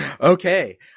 Okay